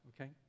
okay